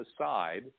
aside